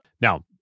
Now